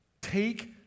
Take